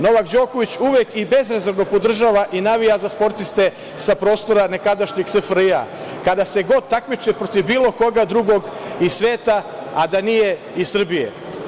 Nole Đoković uvek i bezrezervno podržava i navija za sportiste nekadašnjeg SFRJ i kada se god takmiče protiv bilo koga drugog iz sveta, a da nije iz Srbije.